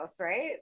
right